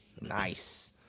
Nice